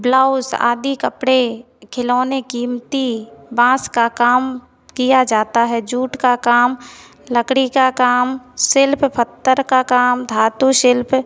blouse आदि कपड़े खिलौने कीमती बाँस का काम किया जाता है जूट का काम लकड़ी का काम शिल्प पत्थर का काम धातु शिल्प